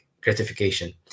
gratification